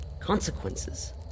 consequences